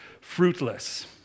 fruitless